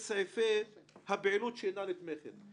על המהות של הסעיפים אבל אין כאן באמת ויכוח